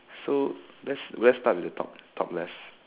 so let's let's start with the top left